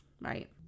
right